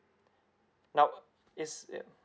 now is ya